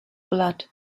blood